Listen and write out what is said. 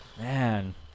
man